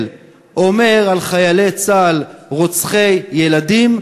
אומר על חיילי צה"ל "רוצחי ילדים".